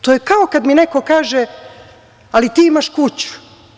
To je kao kad mi neko kaže, ti imaš kuću.